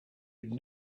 had